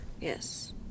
Yes